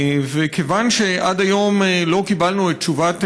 כיוון שעד היום לא קיבלנו את תשובת